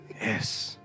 Yes